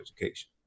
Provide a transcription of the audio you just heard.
education